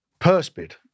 Perspid